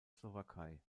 slowakei